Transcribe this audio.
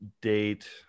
date